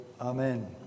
Amen